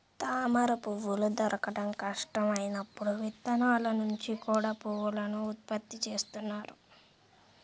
తామరపువ్వులు దొరకడం కష్టం అయినప్పుడు విత్తనాల నుంచి కూడా పువ్వులను ఉత్పత్తి చేస్తున్నారు